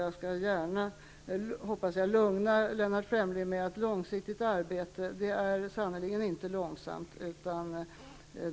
Jag skall gärna lugna -- hoppas jag -- Lennart Fremling med att säga att långsiktigt arbete sannerligen inte är långsamt.